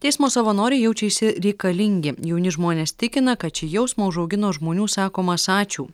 teismo savanoriai jaučiasi reikalingi jauni žmonės tikina kad šį jausmą užaugino žmonių sakomas ačiū